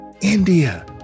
India